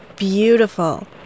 Beautiful